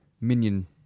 minion